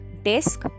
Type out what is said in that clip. Desk